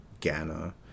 ghana